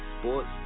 sports